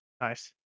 nice